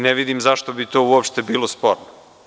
Ne vidim zašto bi to uopšte bilo sporno.